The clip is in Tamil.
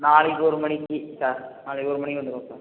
நாளைக்கு ஒரு மணிக்கு சார் நாளைக்கு ஒரு மணிக்கு வந்திடணும் சார்